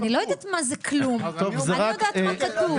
אני לא יודעת מה זה כלום, אני יודעת מה כתוב.